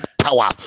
power